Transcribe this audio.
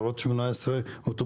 לראות 18 אוטובוסים,